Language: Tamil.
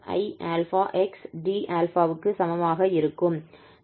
இப்போது நாம் தொகையிட வேண்டும்